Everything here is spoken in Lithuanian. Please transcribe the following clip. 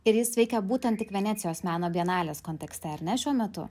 ir jis veikia būtent tik venecijos meno bienalės kontekste ar ne šiuo metu